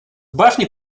башни